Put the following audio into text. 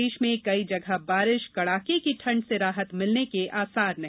प्रदेश में कई जगह बारिश कड़ाके की ठंड से राहत मिलने के आसार नहीं